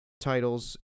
titles